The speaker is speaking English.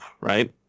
right